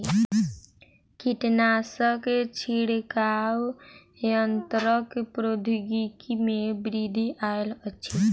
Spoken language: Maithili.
कीटनाशक छिड़काव यन्त्रक प्रौद्योगिकी में वृद्धि आयल अछि